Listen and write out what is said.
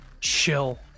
chill